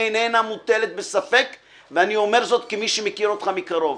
איננה מוטלת בספק ואני אומר זאת כמי שמכיר אותך מקרוב.